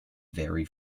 vary